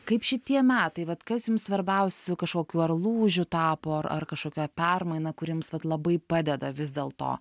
kaip šitie metai vat kas jums svarbiausiu kažkokiu ar lūžiu tapo ar ar kažkokia permaina kuri jums vat labai padeda vis dėl to